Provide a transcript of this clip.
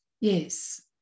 Yes